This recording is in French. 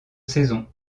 saison